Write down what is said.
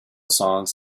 songs